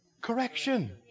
correction